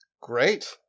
Great